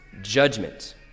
judgment